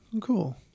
Cool